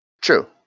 true